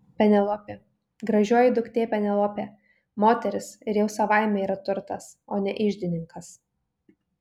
penelopė gražioji duktė penelopė moteris ir jau savaime yra turtas o ne iždininkas